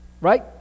right